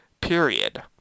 period